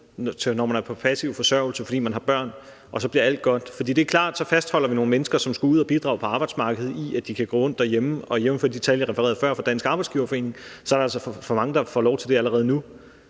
når man er på passiv forsørgelse, fordi man har børn, og så bliver alt godt. Det er klart, at så fastholder vi nogle mennesker, som skulle ud at bidrage på arbejdsmarkedet, i, at de kan gå rundt derhjemme, og jævnfør de tal, jeg refererede før fra Dansk Arbejdsgiverforening, er der altså for mange, der får lov til det allerede nu.